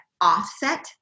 offset